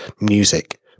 music